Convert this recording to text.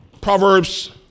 Proverbs